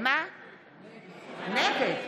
בעד נגד.